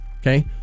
Okay